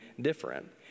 different